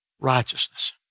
righteousness